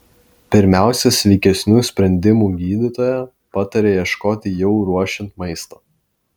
pirmiausia sveikesnių sprendimų gydytoja pataria ieškoti jau ruošiant maistą